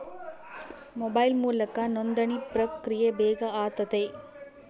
mobile ಮೂಲಕ ನೋಂದಣಿ ಪ್ರಕ್ರಿಯೆ ಬೇಗ ಆತತೆ